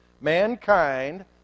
Mankind